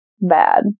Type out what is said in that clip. bad